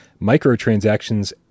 microtransactions